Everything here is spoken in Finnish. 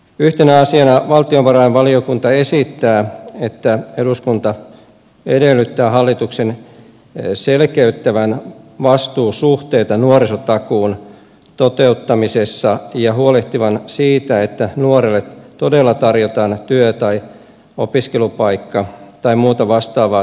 yhtenä asiana valtiovarainvaliokunta esittää että eduskunta edellyttää hallituksen selkeyttävän vastuusuhteita nuorisotakuun toteuttamisessa ja huolehtivan siitä että nuorelle todella tarjotaan työ tai opiskelupaikka tai muuta vastaavaa työllistävää toimintaa